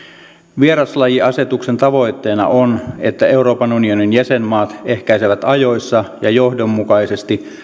vieraslajiasetuksen tavoitteena on että euroopan unionin jäsenmaat ehkäisevät ajoissa ja johdonmukaisesti